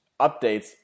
updates